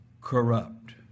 corrupt